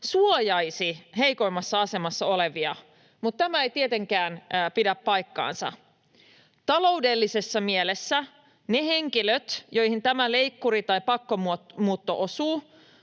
suojaisi heikoimmassa asemassa olevia, mutta tämä ei tietenkään pidä paikkaansa. Taloudellisessa mielessä ne henkilöt, joihin tämä leikkuri tai pakkomuutto osuu,